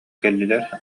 кэллилэр